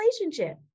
relationship